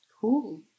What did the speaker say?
Cool